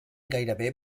gairebé